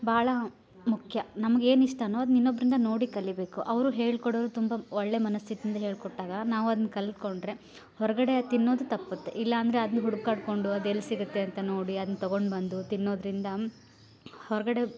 ಭಾಳ ಮುಖ್ಯ ನಮ್ಗೇನು ಇಷ್ಟನೋ ಅದ್ನ ಇನ್ನೊಬ್ಬರಿಂದ ನೋಡಿ ಕಲಿಬೇಕು ಅವರು ಹೇಳಿ ಕೊಡೋರು ತುಂಬಾ ಒಳ್ಳೆಯ ಮನಸ್ಥಿತಿಯಿಂದ ಹೇಳ್ಕೊಟ್ಟಾಗ ನಾವು ಅದ್ನ ಕಲ್ತ್ಕೊಂಡರೆ ಹೊರಗಡೆ ತಿನ್ನೋದು ತಪ್ಪುತ್ತೆ ಇಲ್ಲಾಂದರೆ ಅದ್ನ ಹುಡ್ಕಾಡ್ಕೊಂಡು ಅದು ಎಲ್ಲಿ ಸಿಗತ್ತೆ ಅಂತ ನೋಡಿ ಅದನ್ನ ತೊಗೊಂಡ್ಬಂದು ತಿನ್ನೋದರಿಂದ ಹೊರಗಡೆ